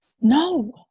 No